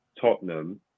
Tottenham